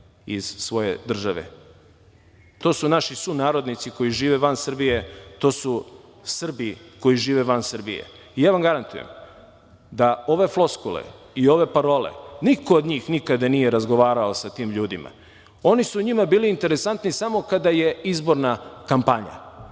iz svoje države. To su naši sunarodnici koji žive van Srbije, to su Srbi koji žive van Srbije i ja vam garantujem da ove floskule i ove parole niko od njih nikada nije razgovarao sa tim ljudima. Oni su njima bili interesantni samo kada je izborna kampanja,